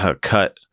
cut